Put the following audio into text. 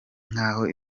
nk’aho